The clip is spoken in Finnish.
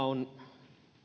on